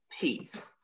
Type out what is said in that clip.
peace